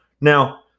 now